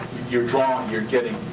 you're drawing, you're getting.